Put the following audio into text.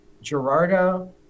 Gerardo